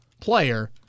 player